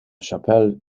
chapelle